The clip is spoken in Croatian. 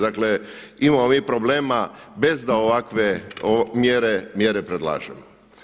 Dakle imamo mi problema bez da ovakve mjere, mjere predlažemo.